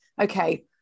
Okay